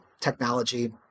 technology